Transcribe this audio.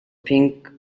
pink